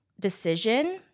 decision